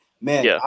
Man